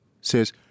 says